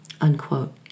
unquote